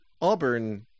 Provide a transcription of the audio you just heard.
auburn